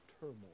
turmoil